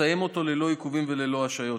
לסיים אותו ללא עיכובים וללא השהיות.